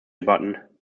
debatten